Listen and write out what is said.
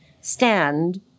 stand